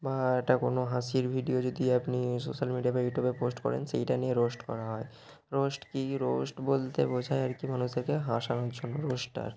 বা একটা কোনো হাসির ভিডিও যদি আপনি সোশাল মিডিয়া বা ইউটিউবে পোস্ট করেন সেইটা নিয়ে রোস্ট করা হয় রোস্ট কী রোস্ট বলতে বোঝায় আর কি মানুষদেরকে হাসানোর জন্য রোস্টার